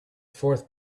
fourth